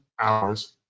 hours